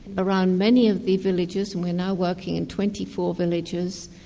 around many of the villages. and we're now working in twenty four villages,